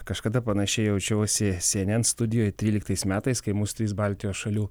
kažkada panašiai jaučiausi cnn studijoje tryliktais metais kai mus tris baltijos šalių